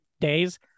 days